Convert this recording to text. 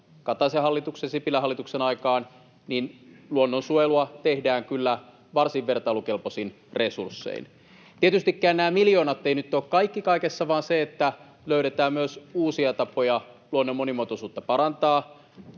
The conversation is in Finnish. Kataisen hallituksen ja Sipilän hallituksen aikaan luonnonsuojelua tehdään kyllä varsin vertailukelpoisin resurssein. Tietystikään nämä miljoonat eivät nyt ole kaikki kaikessa, vaan se, että löydetään myös uusia tapoja parantaa luonnon monimuotoisuutta.